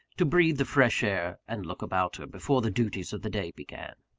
to breathe the fresh air, and look about her, before the duties of the day began.